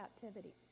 captivity